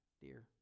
dear